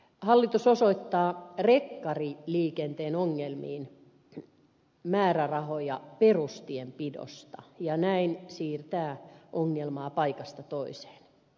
hallitus osoittaa rekkariliikenteen ongelmiin määrärahoja perustienpidosta ja näin siirtää ongelmaa paikasta toiseen